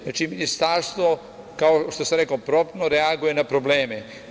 Znači, Ministarstvo, kao što sam rekao, promtno reaguje na probleme.